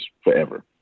forever